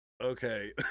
okay